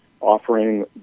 offering